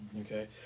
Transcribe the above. Okay